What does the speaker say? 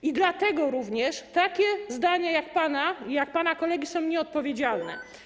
I dlatego również takie zdania jak pana i jak pan kolegi są nieodpowiedzialne.